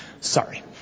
sorry